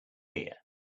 here